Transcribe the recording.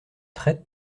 traite